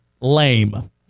lame